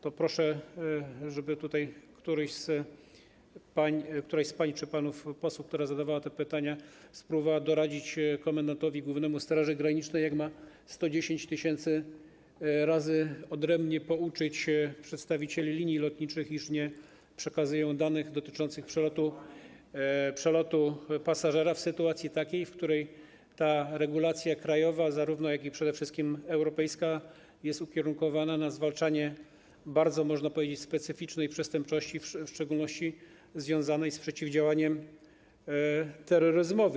To proszę, żeby tutaj któraś z pań czy któryś z panów posłów, którzy zadawali te pytania, spróbowali doradzić komendantowi głównemu Straży Granicznej, jak ma 110 tys. razy odrębnie pouczyć przedstawicieli linii lotniczych, iż nie przekazują danych dotyczących przelotu pasażera w takiej sytuacji, w której ta regulacja zarówno krajowa, jak i przede wszystkim europejska jest ukierunkowana na zwalczanie bardzo, można powiedzieć, specyficznej przestępczości, w szczególności związanej z przeciwdziałaniem terroryzmowi.